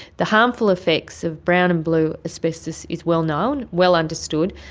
the harmful effects of brown and blue asbestos is well known, well understood.